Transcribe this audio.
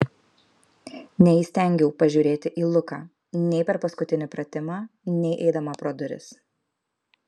neįstengiau pažiūrėti į luką nei per paskutinį pratimą nei eidama pro duris